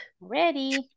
Ready